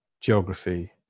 geography